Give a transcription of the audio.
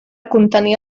contenir